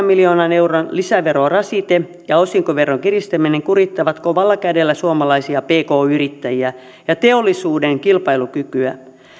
miljoonan euron lisäverorasite ja osinkoveron kiristäminen kurittavat kovalla kädellä suomalaisia pk yrittäjiä ja teollisuuden kilpailukykyä